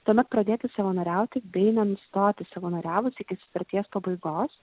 tuomet pradėti savanoriauti bei nenustoti savanoriavus iki sutarties pabaigos